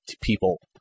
people